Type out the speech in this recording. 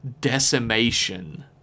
decimation